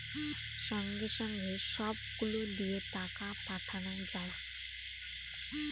সঙ্গে সঙ্গে সব গুলো দিয়ে টাকা পাঠানো যায়